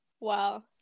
Wow